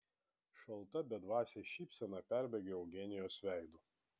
šalta bedvasė šypsena perbėga eugenijos veidu